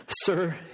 Sir